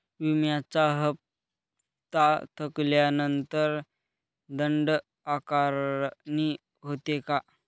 विम्याचा हफ्ता थकल्यानंतर दंड आकारणी होते का?